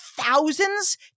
thousands